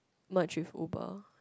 merge with Uber